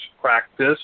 Practice